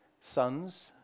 sons